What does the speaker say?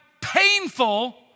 painful